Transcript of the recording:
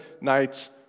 night's